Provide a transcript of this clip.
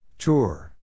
Tour